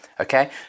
Okay